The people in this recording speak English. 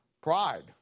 Pride